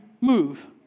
move